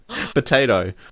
Potato